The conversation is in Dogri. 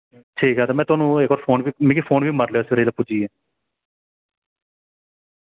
ठीक ऐ ते में थोहानू इक बार फोन मिगी फोन बी मारी लैएओ सवेरै जिसलै पुज्जियै